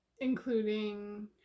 including